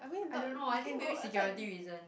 I don't know I think maybe security reasons